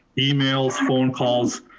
emails, phone calls.